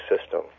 system